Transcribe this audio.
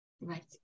Right